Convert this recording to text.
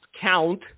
count